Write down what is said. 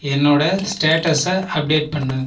என்னோட ஸ்டேட்டஸை அப்டேட் பண்ணு